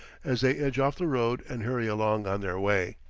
as they edge off the road and hurry along on their way.